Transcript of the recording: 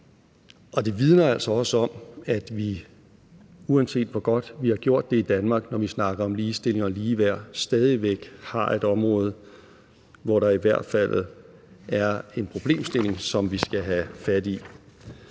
Og det vidner altså også om, at vi, uanset hvor godt vi har gjort det i Danmark, når vi snakker om ligestilling og ligeværd, stadig væk har et område, hvor der i hvert fald er en problemstilling, som vi skal have fat i.